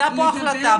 הייתה פה החלטה